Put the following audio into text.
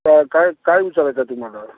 काय काय काय विचारायचं आहे तुम्हाला